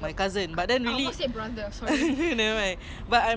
like I fell in love with bikes then err bawa kereta I really want a car also I want a car license but that [one] I plan to